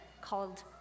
called